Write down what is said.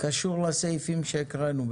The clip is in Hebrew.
קשור לסעיפים שהקראנו,